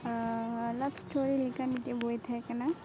ᱞᱟᱵᱷ ᱥᱴᱳᱨᱤ ᱞᱮᱠᱟ ᱢᱤᱫᱴᱮᱡ ᱵᱳᱭ ᱛᱮᱦᱮᱸ ᱠᱟᱱᱟ